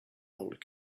old